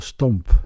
Stomp